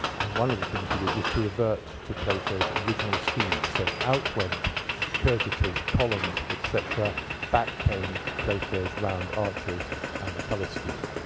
and one of the things he did was to revert to playfair's original scheme. so out went cursiter's columns, etc. back came playfair's round arches and the color scheme.